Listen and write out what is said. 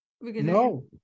No